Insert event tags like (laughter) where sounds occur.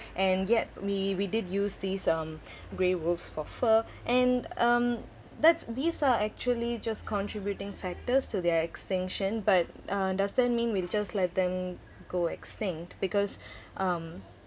and yet we we did use this um (breath) grey wolves for fur and um that's these are actually just contributing factors to their extinction but uh does that mean we'll just let them go extinct because (breath) um